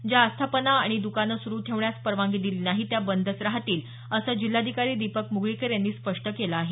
ज्या आस्थापना आणि द्कानं सुरू ठेवण्यास परवानगी दिली नाही त्या बंदच राहतील असं जिल्हाधिकारी दिपक मुगळीकर यांनी स्पष्ट केलं आहे